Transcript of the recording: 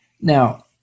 now